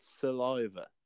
saliva